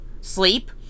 sleep